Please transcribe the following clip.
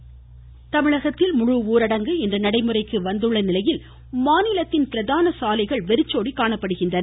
ஊரடங்கு மாவட்டம் தமிழகத்தில் முழுஊரடங்கு இன்று நடைமுறைக்கு வந்துள்ள நிலையில் மாநிலத்தின் பிரதான சாலைகள் வெறிச்சோடி காணப்படுகின்றன